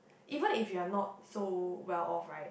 even if you are not so well off right